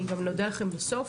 אודה לכם גם בסוף.